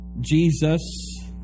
Jesus